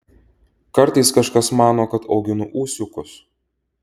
kartais kažkas mano kad auginu ūsiukus